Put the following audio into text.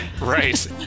Right